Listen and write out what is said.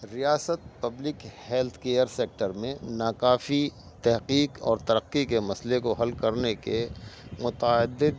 ریاست public health care sector میں ناکافی تحقیق اور ترقی کے مسئلے کو حل کرنے کے متعدد